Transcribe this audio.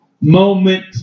moment